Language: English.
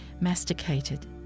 masticated